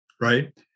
right